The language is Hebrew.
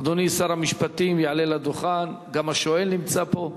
אדוני שר המשפטים יעלה לדוכן, גם השואל נמצא פה.